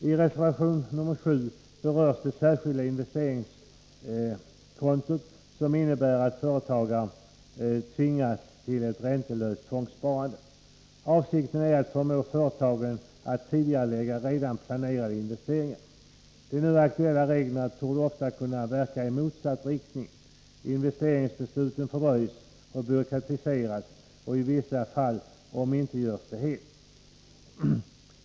I reservation 7 berörs det särskilda investeringskontot, som innebär att företagare tvingas till ett räntelöst tvångssparande. Avsikten är att förmå företagen att tidigarelägga redan planerade investeringar. De nu aktuella reglerna torde ofta kunna verka i motsatt riktning. Investeringsbesluten fördröjs och byråkratiseras och i vissa fall omintetgörs de helt.